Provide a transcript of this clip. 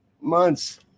months